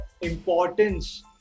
importance